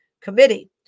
Committee